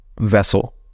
vessel